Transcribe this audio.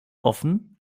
offen